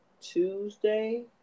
Tuesday